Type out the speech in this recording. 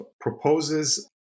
proposes